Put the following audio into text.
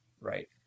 right